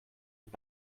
und